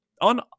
on